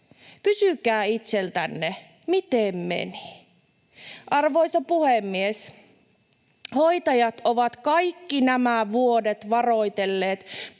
Kysykää itseltänne, miten meni. Arvoisa puhemies! Hoitajat ovat kaikki nämä vuodet varoitelleet